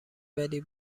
ولی